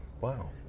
Wow